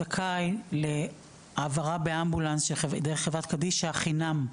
זכאי להעברה באמבולנס דרך חברת קדישא חינם.